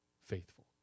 faithful